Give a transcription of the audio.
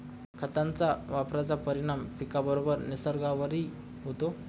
खतांच्या वापराचा परिणाम पिकाबरोबरच निसर्गावरही होतो